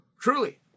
Truly